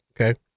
okay